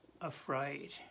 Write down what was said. afraid